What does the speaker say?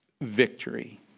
victory